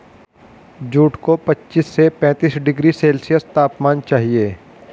jute को पच्चीस से पैंतीस डिग्री सेल्सियस तापमान चाहिए